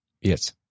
Yes